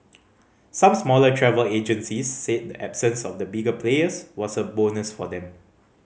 some smaller travel agencies said the absence of the bigger players was a bonus for them